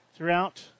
Throughout